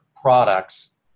products